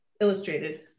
illustrated